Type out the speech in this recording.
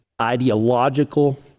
ideological